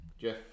Jeff